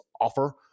offer